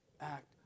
Act